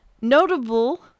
notable